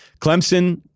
Clemson